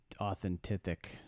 authentic